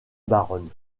baronne